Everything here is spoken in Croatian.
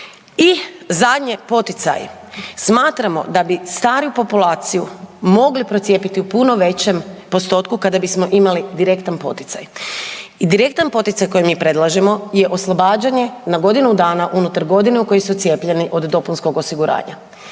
I zadnje, poticaj. Smatramo da bi stariju populaciju mogli procijepiti u puno većom postotku kada bismo imali direktan poticaj i direktan poticaj koji mi predlažemo je oslobađanje na godinu dana, unutar godine u kojoj su cijepljeni, od dopunskog osiguranja